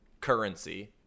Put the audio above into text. currency